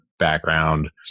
background